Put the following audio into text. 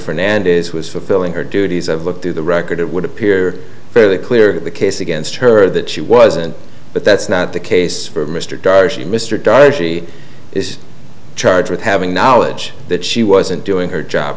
fernand is who is fulfilling her duties i've looked through the record it would appear fairly clear the case against her that she wasn't but that's not the case for mr darcy mr dodgy is charged with having knowledge that she wasn't doing her job